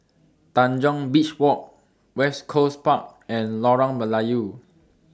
Tanjong Beach Walk West Coast Park and Lorong Melayu